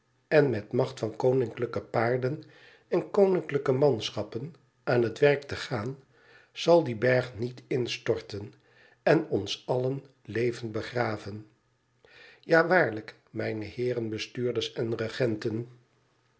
en met macht van koninklijke paarden en konmklijke manschappen aan het werk te gaan zal die berg niet instorten en ons allen levend begraven ja waarlijk mijne heeren bestuurders en regenten